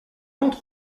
entre